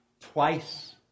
twice